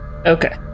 Okay